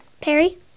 Perry